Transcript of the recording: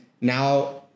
now